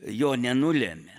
jo nenulemia